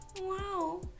Wow